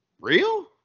real